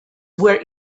were